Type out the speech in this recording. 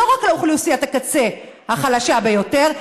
לא רק לאוכלוסיית הקצה החלשה ביותר,